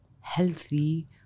healthy